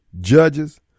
judges